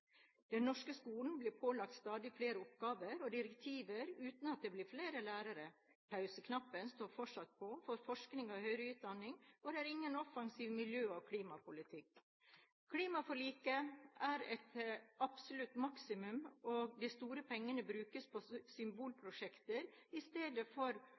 Den norske skolen blir pålagt stadig flere oppgaver og direktiver uten at det blir flere lærere. Pauseknappen står fortsatt på for forskning og høyere utdanning. Og det er ingen offensiv miljø- og klimapolitikk. Klimaforliket er et absolutt maksimum, og de store pengene brukes på symbolprosjekter i stedet for